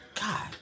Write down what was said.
God